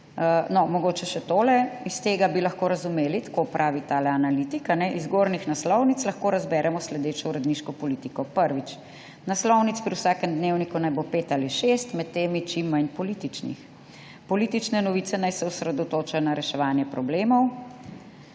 Mogoče še tole, iz tega bi lahko razumeli, tako pravi tale analitik: »Iz zgornjih naslovnic lahko razberemo sledečo uredniško politiko: Naslovnic pri vsakem Dnevniku naj bo 5 ali 6, med temi čim manj političnih. Politične novice naj se osredotočajo na reševanje problemov.